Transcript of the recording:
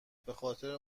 بخاطر